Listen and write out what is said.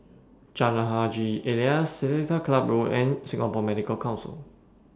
Jalan Haji Alias Seletar Club Road and Singapore Medical Council